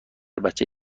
بچه